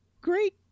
great